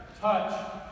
touch